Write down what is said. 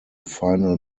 final